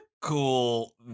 cool